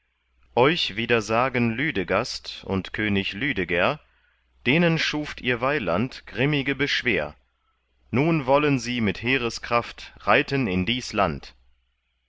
euch widersagen lüdegast und könig lüdeger denen schuft ihr weiland grimmige beschwer nun wollen sie mit heereskraft reiten in dies land